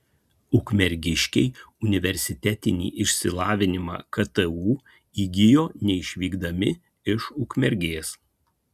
ukmergiškiai universitetinį išsilavinimą ktu įgijo neišvykdami iš ukmergės